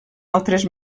altres